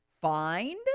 find